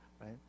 right